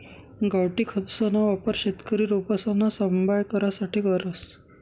गावठी खतसना वापर शेतकरी रोपसना सांभाय करासाठे करस